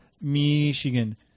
Michigan